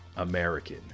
american